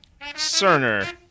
Cerner